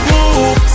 move